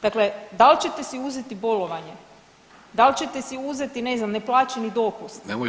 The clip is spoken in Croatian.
Dakle da li ćete si uzeti bolovanje, da li ćete si uzeti, ne znam, neplaćeni dopust,